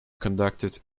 conducted